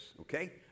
Okay